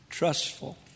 Trustful